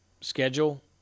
schedule